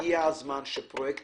הגיע הזמן שפרויקט